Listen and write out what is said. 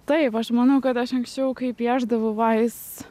taip aš manau kad aš anksčiau kai piešdavau vais